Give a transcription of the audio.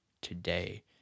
today